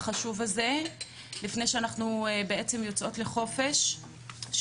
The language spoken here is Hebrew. חשוב הזה לפני שאנחנו יוצאות לחופשה מרוכזת,